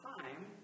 time